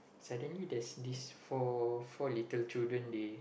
suddenly there's this four four little children they